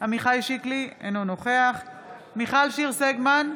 עמיחי שיקלי, אינו נוכח מיכל שיר סגמן,